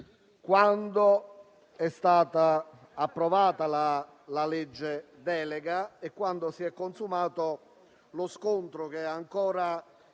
quando è stata approvata la legge delega e si è consumato lo scontro, che è ancora